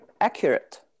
accurate